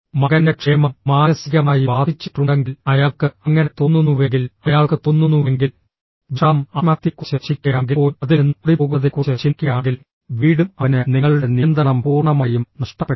മകൻറെ ക്ഷേമം മാനസികമായി ബാധിച്ചിട്ടുണ്ടെങ്കിൽ അയാൾക്ക് അങ്ങനെ തോന്നുന്നുവെങ്കിൽ അയാൾക്ക് തോന്നുന്നുവെങ്കിൽ വിഷാദം ആത്മഹത്യയെക്കുറിച്ച് ചിന്തിക്കുകയാണെങ്കിൽ പോലും അതിൽ നിന്ന് ഓടിപ്പോകുന്നതിനെക്കുറിച്ച് ചിന്തിക്കുകയാണെങ്കിൽ വീടും അവന് നിങ്ങളുടെ നിയന്ത്രണം പൂർണ്ണമായും നഷ്ടപ്പെട്ടാൽ